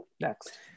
Next